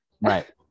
Right